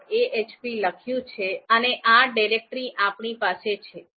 ahp લખ્યું છે અને આ ડિરેક્ટરી આપણી પાસે છે